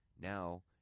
now